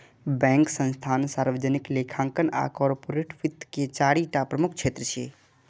bank, संस्थान, सार्वजनिक लेखांकन आ कॉरपोरेट वित्त के चारि टा प्रमुख क्षेत्र छियै